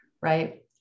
right